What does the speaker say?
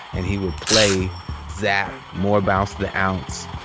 and he would play zapp, more bounce the ounce,